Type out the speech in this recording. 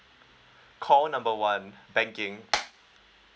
call number one banking